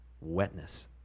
wetness